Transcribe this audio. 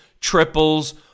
triples